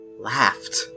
laughed